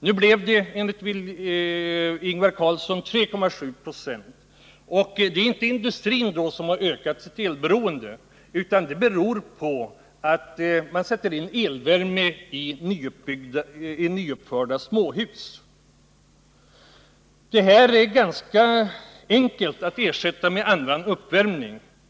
Nu blir ökningen enligt Ingvar Carlsson 3,7 9. Den ökade elkonsumtionen beror inte på industrin utan på att nyuppförda småhus förses med elvärme.